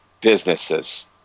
businesses